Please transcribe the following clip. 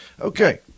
Okay